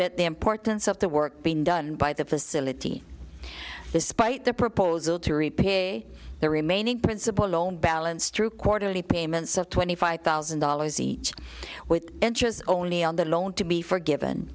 that the importance of the work being done by the facility despite their proposal to repay the remaining principal loan balance through quarterly payments of twenty five thousand dollars each with interest only on the loan to be forgiven